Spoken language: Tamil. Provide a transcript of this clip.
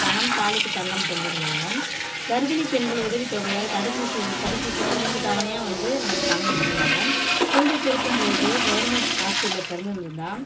பணம் தாலிக்கு தங்கம் தந்துருந்தாங்க கர்ப்பிணி பெண்கள் உதவித்தொகையாக தடுப்பூசி ஒரு தடுப்பூசின்னா மூணு தவணையாக வந்து நம்பளுக்கு பணம் ஏற்றிடுவாங்க குழந்தை பிறக்கும் பொழுது கவர்மெண்ட் ஹாஸ்பிட்டலில் பிறந்து இருந்துருந்தால்